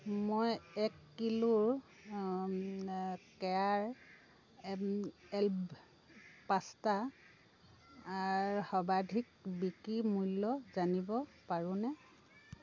মই এক কিলো কেয়াৰ এম এল্বো পাস্তাৰ সৰ্বাধিক বিক্ৰী মূল্য জানিব পাৰোঁনে